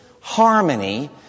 harmony